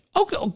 Okay